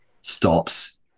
stops